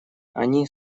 они